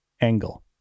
angle